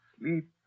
sleep